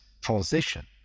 transition